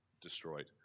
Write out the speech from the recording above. destroyed